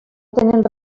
tenen